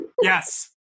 Yes